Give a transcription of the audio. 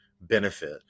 benefit